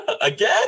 Again